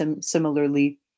similarly